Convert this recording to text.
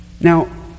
Now